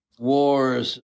Wars